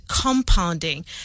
compounding